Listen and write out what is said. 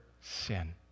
sin